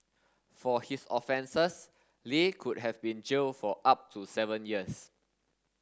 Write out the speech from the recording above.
for his offences Li could have been jailed for up to seven years